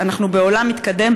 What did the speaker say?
אנחנו בעולם מתקדם,